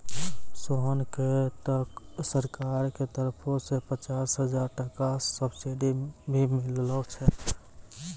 सोहन कॅ त सरकार के तरफो सॅ पचास हजार टका सब्सिडी भी मिललो छै